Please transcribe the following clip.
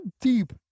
deep